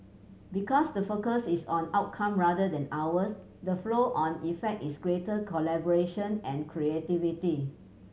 because the focus is on outcome rather than hours the flow on effect is greater collaboration and creativity